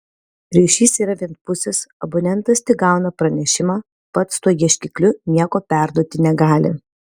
ryšys yra vienpusis abonentas tik gauna pranešimą pats tuo ieškikliu nieko perduoti negali